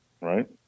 Right